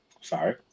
sorry